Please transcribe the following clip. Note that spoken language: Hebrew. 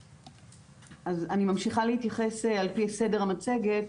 אני ממשיכה להתייחס על פי סדר המצגת.